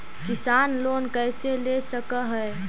किसान लोन कैसे ले सक है?